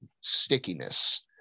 stickiness